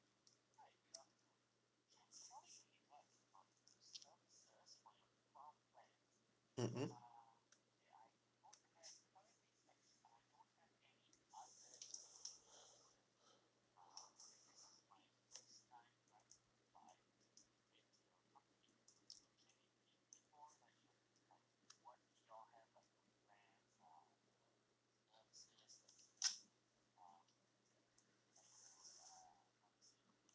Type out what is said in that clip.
mmhmm